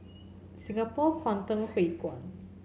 Singapore Kwangtung Hui Kuan